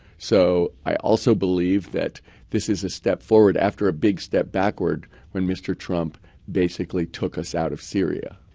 so i also believe that this is a step forward after a big step backward when mr. trump basically took us out of syria.